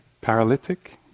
paralytic